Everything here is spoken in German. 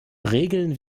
regeln